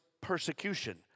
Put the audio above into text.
persecution